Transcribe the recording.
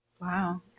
Wow